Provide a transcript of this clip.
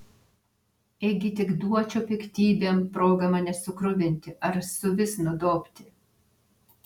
ėgi tik duočiau piktybėm progą mane sukruvinti ar suvis nudobti